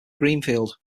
greenfield